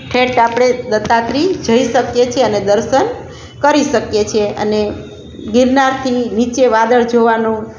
ઠેઠ આપણે દત્તાત્રેય જઈ શકીએ છીએ અને દર્શન કરી શકીએ છીએ અને ગિરનારથી નીચે વાદળ જોવાનું